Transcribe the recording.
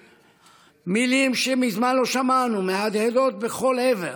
מילים שמזמן לא שמענו מהדהדות בכל עבר,